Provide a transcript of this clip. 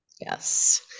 Yes